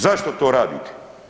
Zašto to radite?